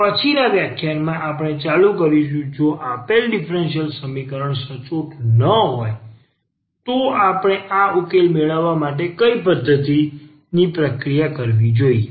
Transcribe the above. પછીના વ્યાખ્યાનમાં આપણે ચાલુ રાખીશું જો આપેલ ડીફરન્સીયલ સમીકરણ તે સચોટ ન હોય તો આપણે આ ઉકેલ મેળવવા માટે કઈ પદ્ધતિ ની પ્રક્રિયા કરવી જોઈએ